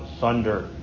thunder